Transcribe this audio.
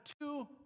two